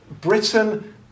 Britain